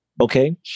okay